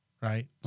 right